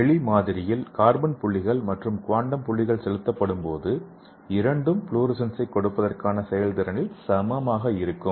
எலி மாதிரியில் கார்பன் புள்ளிகள் மற்றும் குவாண்டம் புள்ளிகள் செலுத்தப்படும்போது இரண்டும் ஃப்ளோரசன்ஸைக் கொடுப்பதற்கான செயல்திறனில் சமமாக இருக்கும்